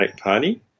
Party